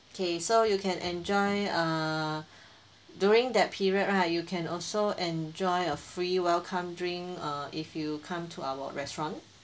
okay so you can enjoy err during that period right you can also enjoy a free welcome drink err if you come to our restaurant